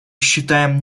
считаем